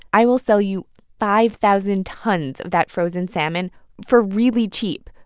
i will sell you five thousand tons of that frozen salmon for really cheap.